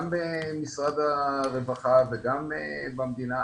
גם במשרד הרווחה וגם במדינה,